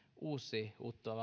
uusiutuvan